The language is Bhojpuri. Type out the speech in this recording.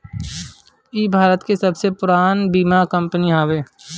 इ भारत के सबसे पुरान बीमा कंपनी हवे